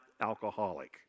alcoholic